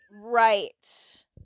right